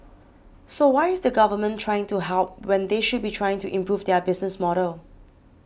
so why is the Government trying to help when they should be trying to improve their business model